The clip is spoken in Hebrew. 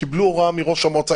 קיבלו הוראה מראש המועצה,